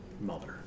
mother